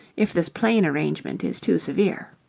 if this plain arrangement is too severe.